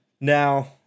Now